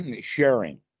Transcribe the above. sharing